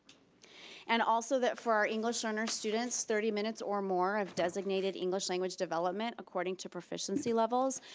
and also that for our english learner students, thirty minutes or more of designated english language development according to proficiency levels,